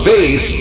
Faith